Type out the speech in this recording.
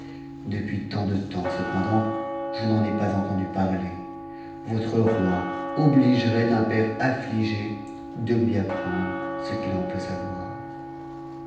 depuis tant de temps cependant o eu ai pas entendu parler votre roi obligerait un père amigé de lui wendre ce qu'il en peut savoir